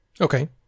Okay